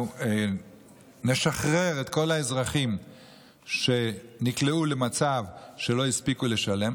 אנחנו נשחרר את כל האזרחים שנקלעו למצב שהם לא הספיקו לשלם.